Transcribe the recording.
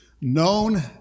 known